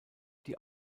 die